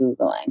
Googling